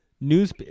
news –